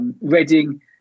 Reading